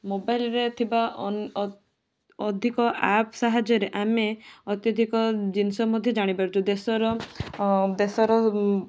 ମୋବାଇଲରେ ଥିବା ଅଧିକ ଆପ୍ ସାହାଯ୍ୟରେ ଆମେ ଅତ୍ୟଧିକ ଜିନିଷ ମଧ୍ୟ ଜାଣିପାରୁଛୁ ଦେଶର ଦେଶର